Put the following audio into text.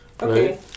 Okay